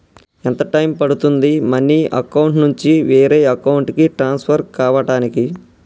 ఎంత టైం పడుతుంది money account నుంచి వేరే అకౌంట్ కి ట్రాన్స్ఫర్ కావటానికి?